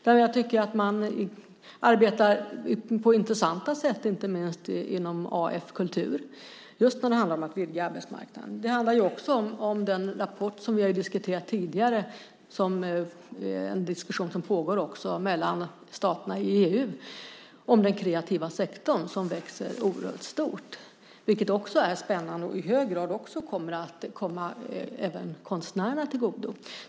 Där tycker jag att man visar på intressanta sätt, inte minst inom Af Kultur, när det gäller att vidga arbetsmarknaden. Det gäller även den rapport som vi diskuterat tidigare. Diskussionen om den kreativa sektorn, som växer oerhört starkt, pågår också mellan staterna i EU. Det är spännande och kommer i hög grad att även komma konstnärerna till godo.